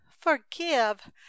forgive